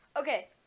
Okay